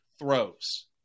throws